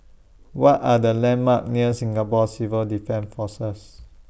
What Are The landmarks near Singapore Civil Defence Force